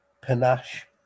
panache